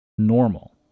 normal